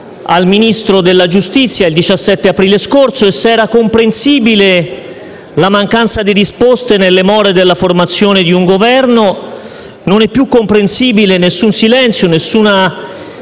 al Ministro della giustizia il 17 aprile scorso e, se era comprensibile la mancanza di risposte nelle more della formazione di un Governo, non sono più comprensibili silenzi, meline